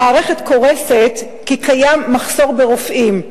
המערכת קורסת כי קיים מחסור ברופאים,